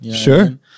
sure